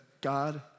God